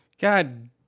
God